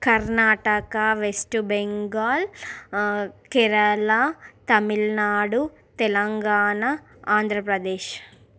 Karnataka west Bengal Kerala Tamil Nadu Telangana Andhra Pradesh